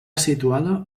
situada